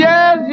Yes